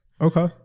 Okay